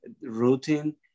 routine